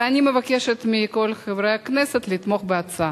ואני מבקשת מכל חברי הכנסת לתמוך בהצעה.